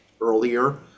earlier